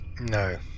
No